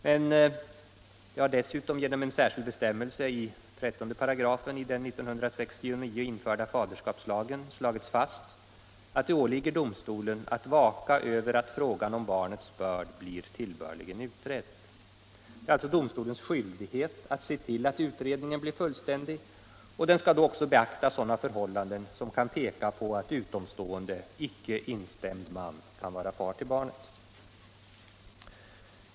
Men det har dessutom genom en särskild bestämmelse i 13 § i den 1969 införda faderskapslagen slagits fast att det åligger domstolen att vaka över att frågan om barnets börd blir tillbörligen utredd. Det är alltså domstolens skyldighet att se till att utredningen blir fullständig, och domstolen skall då också beakta sådana förhållanden som kan peka på att utomstående, icke instämd man, kan vara far till barnet.